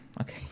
okay